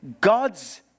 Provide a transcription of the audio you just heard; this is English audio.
God's